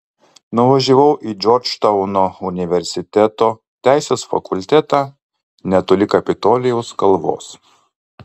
nuvažiavau į džordžtauno universiteto teisės fakultetą netoli kapitolijaus kalvos